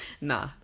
Nah